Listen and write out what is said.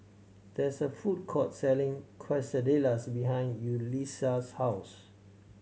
there is a food court selling Quesadillas behind Yulissa's house